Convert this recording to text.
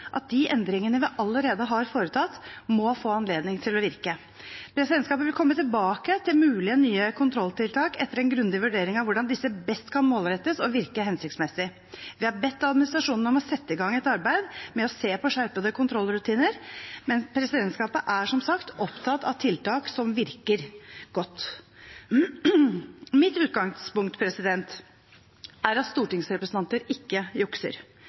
at de endringene vi allerede har foretatt, må få anledning til å virke. Presidentskapet vil komme tilbake til mulige nye kontrolltiltak etter en grundig vurdering av hvordan disse best kan målrettes og virke hensiktsmessig. Vi har bedt administrasjonen om å sette i gang et arbeid med å se på skjerpede kontrollrutiner, men presidentskapet er som sagt opptatt av tiltak som virker godt. Mitt utgangspunkt er at stortingsrepresentanter ikke jukser.